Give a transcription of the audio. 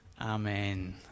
Amen